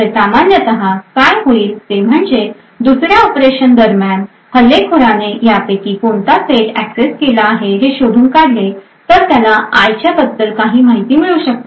तर सामान्यत काय होईल ते म्हणजे दुसर्या ऑपरेशन दरम्यान हल्लेखोराने यापैकी कोणता सेट एक्सेस केला आहे हे शोधून काढले तर त्याला i च्या बद्दल काही माहिती मिळू शकते